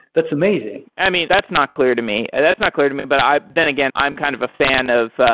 that's amazing. i mean, that's not clear to me. and that's not clear to me, but i then again i'm kind of a fan of